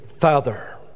Father